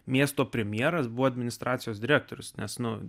miesto premjeras buvo administracijos direktorius nes nu